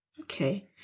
Okay